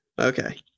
Okay